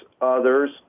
others